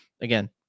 again